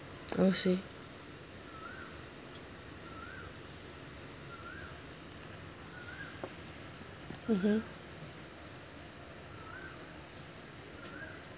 I'll see mmhmm